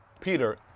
Peter